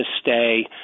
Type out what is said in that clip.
stay